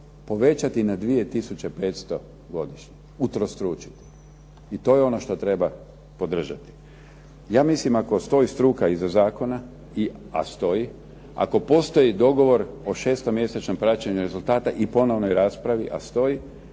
povećati na 2500 godišnje, utrostručiti. I to je ono što treba podržati. Ja mislim ako stoji struka iza Zakona, a stoji, ako postoji dogovor o šestomjesečnom praćenju rezultata i ponovnoj raspravi, a stoji,